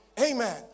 Amen